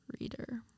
Reader